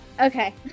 Okay